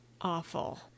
awful